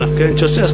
כן, צ'אושסקו.